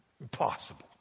Impossible